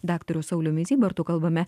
daktariu sauliumi zybartu kalbame